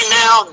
now